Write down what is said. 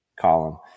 column